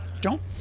don't-